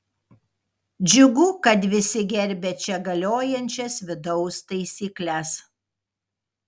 džiugu kad visi gerbia čia galiojančias vidaus taisykles